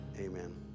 Amen